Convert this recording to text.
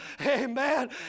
Amen